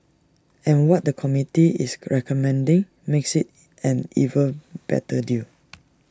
and what the committee is recommending makes IT an even better deal